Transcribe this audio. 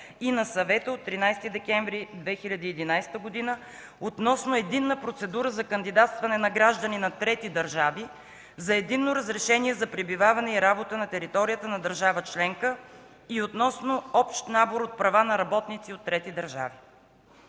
и на Съвета от 13 декември 2011 г. относно единна процедура за кандидатстване на граждани на трети държави за единно разрешение за пребиваване и работа на територията на държава членка и относно общ набор от права за работници от трети държави.